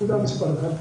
נקודה מספר אחת.